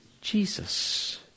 Jesus